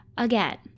Again